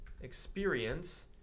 experience